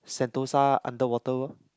Sentosa Underwater World